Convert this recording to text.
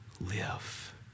live